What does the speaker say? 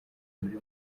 umuntu